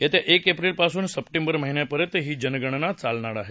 येत्या एप्रिल महिन्यापासून सप्टेंबर महिन्यापर्यंत ही जनगणना चालणार आहे